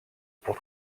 pour